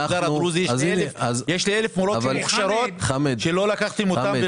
במגזר הדרוזי יש אלף מורות מוכשרות שלא לקחתם אותן.